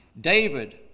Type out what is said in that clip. David